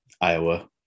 Iowa